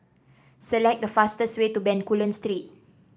select the fastest way to Bencoolen Street